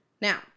Now